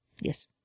Yes